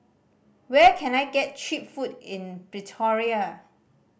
where can I get cheap food in Pretoria